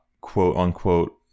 quote-unquote